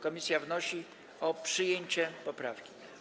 Komisja wnosi o przyjęcie poprawki.